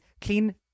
clean